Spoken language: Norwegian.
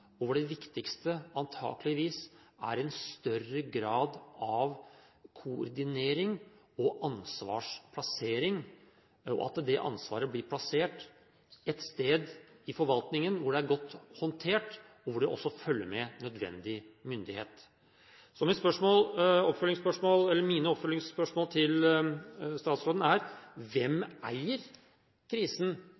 Det viktigste er antakeligvis en større grad av koordinering og ansvarsplassering og at ansvaret blir plassert et sted i forvaltningen hvor det blir godt håndtert, og hvor det også følger med nødvendig myndighet. Så mine oppfølgingsspørsmål til statsråden er: Hvem